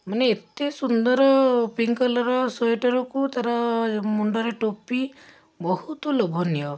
ମାନେ ଏତେ ସୁନ୍ଦର ପିଙ୍କ କଲରର ସ୍ୱେଟରକୁ ତା'ର ମୁଣ୍ଡରେ ଟୋପି ବହୁତ ଲୋଭନୀୟ